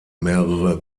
mehrere